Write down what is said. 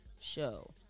show